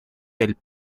del